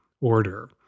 order